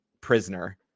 prisoner